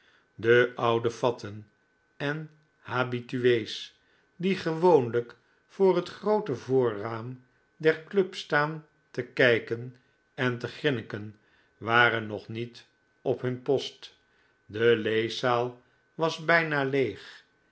de oude fatten en habitue's die gewoonlijk voor het groote voorraam der club staan te kijken en te grinniken waren nog niet op hun post de leeszaal was bijna leeg